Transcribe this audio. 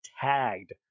tagged